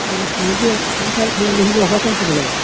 অঁ সেইটোৱে মাৰ কঢ়া চাউলৰ ভাত খাব লাগিব